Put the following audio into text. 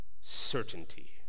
certainty